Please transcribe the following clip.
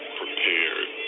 prepared